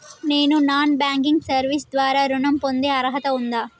నేను non banking service ద్వారా ఋణం పొందే అర్హత ఉందా?